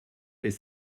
est